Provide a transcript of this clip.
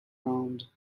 round